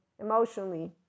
emotionally